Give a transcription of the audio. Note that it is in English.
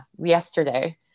yesterday